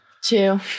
two